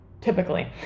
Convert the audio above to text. typically